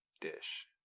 Dish